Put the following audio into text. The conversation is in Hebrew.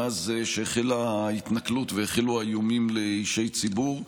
מאז החלה ההתנכלות והחלו האיומים על אישי ציבור.